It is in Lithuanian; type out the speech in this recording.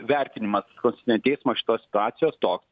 vertinimas konstitucinio teismo šitos situacijos toks